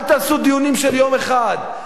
אל תעשו דיונים של יום אחד,